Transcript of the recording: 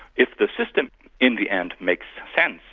if the system in the end makes sense.